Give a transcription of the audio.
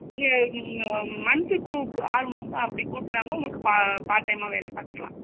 மன்த்துக்கு ஆறுமாதம் அப்படி கூட்டினாங்கன்னா உங்களுக்கு பார்ட் டைமாக வேலைப் பார்த்துக்குலாம்